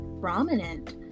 prominent